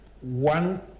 one